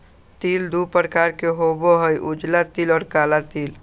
तिल दु प्रकार के होबा हई उजला तिल और काला तिल